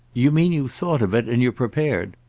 you mean you've thought of it and you're prepared.